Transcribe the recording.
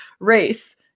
race